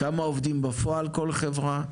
כמה עובדים בפועל בכל חברה,